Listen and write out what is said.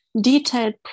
detailed